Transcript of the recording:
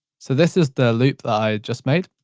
so this is the loop that i just made.